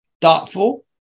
thoughtful